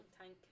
tank